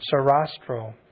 Sarastro